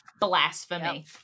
Blasphemy